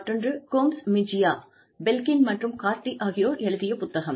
மற்றொன்று Gomez Mejia Balkin மற்றும் Cardy ஆகியோர் எழுதிய புத்தகம்